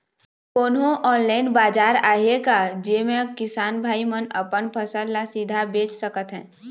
कोन्हो ऑनलाइन बाजार आहे का जेमे किसान भाई मन अपन फसल ला सीधा बेच सकथें?